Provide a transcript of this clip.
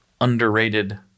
underrated